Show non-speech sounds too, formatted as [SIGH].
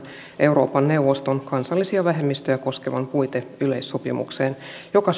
euroopan neuvoston kansallisia vähemmistöjä koskevaan puiteyleissopimukseen joka [UNINTELLIGIBLE]